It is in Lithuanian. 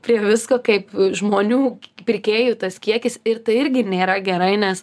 prie visko kaip žmonių pirkėjų tas kiekis ir tai irgi nėra gerai nes